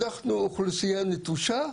אנחנו אוכלוסייה נטושה.